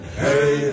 hey